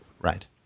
right